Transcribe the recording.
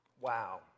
Wow